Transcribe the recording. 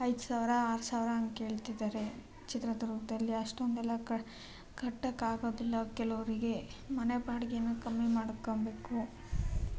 ಐದು ಸಾವಿರ ಆರು ಸಾವಿರ ಹಾಗೆ ಕೇಳ್ತಿದ್ದಾರೆ ಚಿತ್ರದುರ್ಗದಲ್ಲಿ ಅಷ್ಟೊಂದೆಲ್ಲ ಕ ಕಟ್ಟೋಕ್ಕಾಗೋದಿಲ್ಲ ಕೆಲವರಿಗೆ ಮನೆ ಬಾಡಿಗೆನ ಕಮ್ಮಿ ಮಾಡ್ಕೋಬೇಕು